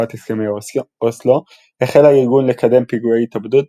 בתקופת הסכמי אוסלו החל הארגון לקדם פיגועי התאבדות